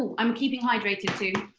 um i'm keeping hydrated, too.